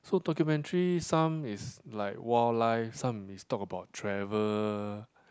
so documentary some is like wildlife some is talk about travel